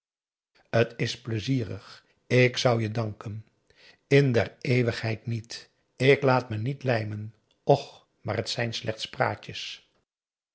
t is pleizierig ik zou je danken in der eeuwigheid niet ik laat me niet lijmen och maar t zijn slechts praatjes